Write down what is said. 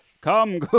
Come